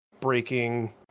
breaking